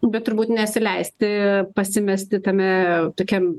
bet turbūt nesileisti pasimesti tame tokiam